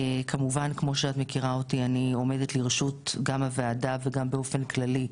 כמובן כמו שאת מכירה אותי אני עומדת לרשות גם הוועדה וגם באופן כללי,